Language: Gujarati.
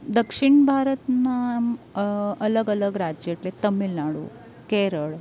દક્ષિણ ભારતના અલગ અલગ રાજ્ય એટલે તમિલનાડુ કેરળ